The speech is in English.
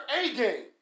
A-game